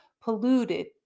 polluted